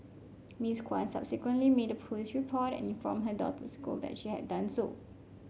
Miss Kwan subsequently made a police report and informed her daughter's school that she had done so